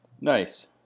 Nice